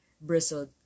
bristled